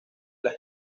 las